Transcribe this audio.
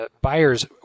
buyers